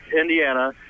Indiana